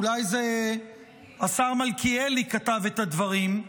אולי זה השר מלכיאלי כתב את הדברים,